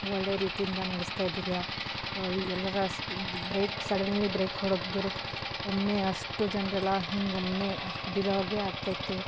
ಒಳ್ಳೆ ರೀತಿಯಿಂದ ನಡೆಸ್ತಾಯಿದ್ದಿಲ್ಲ ಹೀಗೆ ಎಲ್ಲಾರ ಸ್ ಬ್ರೇಕ್ ಸಡನ್ಲಿ ಬ್ರೇಕ್ ಹೊಡೆದರು ಒಮ್ಮೆ ಅಷ್ಟು ಜನರೆಲ್ಲ ಹೀಗೊಮ್ಮೆ ಬೀಳೋ ಹಾಗೆ ಆಗ್ತಾಯಿತ್ತು